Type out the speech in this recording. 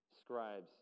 scribes